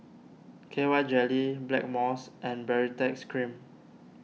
K Y Jelly Blackmores and Baritex Cream